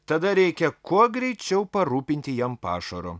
tada reikia kuo greičiau parūpinti jam pašaro